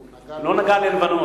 הוא נגע, לא נגע ללבנון.